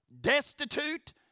destitute